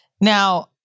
now